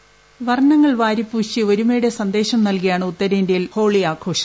voice വർണങ്ങൾ വാരിപ്പൂശി ഒരുമയുടെ സന്ദേശം നൽകിയാണ് ഉത്തരേന്തൃയിൽ ഹോളി ആഘോഷം